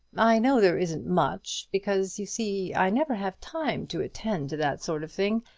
i know there isn't much, because, you see, i never have time to attend to that sort of thing.